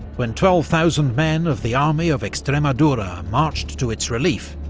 when twelve thousand men of the army of extremadura marched to its relief,